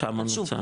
כמה נשאר?